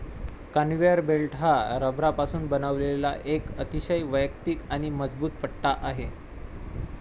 conveyor belt हा रबरापासून बनवलेला एक अतिशय वैयक्तिक आणि मजबूत पट्टा आहे